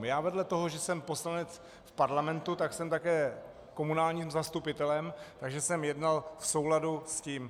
Já vedle toho, že jsem poslanec parlamentu, tak jsem také komunálním zastupitelem, takže jsem jednal v souladu s tím.